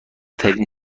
ترین